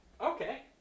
Okay